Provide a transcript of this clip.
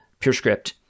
PureScript